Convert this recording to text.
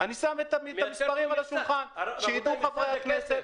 אני שם את המספרים על השולחן כדי שחברי הכנסת